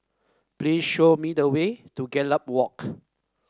please show me the way to Gallop Walk